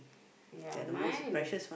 ya mine